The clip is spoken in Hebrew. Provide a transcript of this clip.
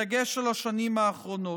בדגש על השנים האחרונות.